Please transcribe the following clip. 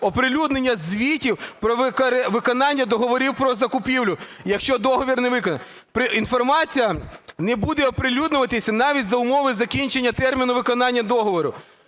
оприлюднення звітів про виконання договорів про закупівлю, якщо договір не виконано. Інформація не буде оприлюднюватися навіть за умови закінчення терміну виконання договору.